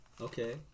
Okay